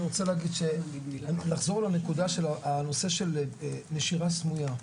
הנושא של נשירה סמויה,